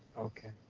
okay,